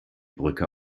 brücke